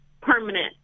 permanent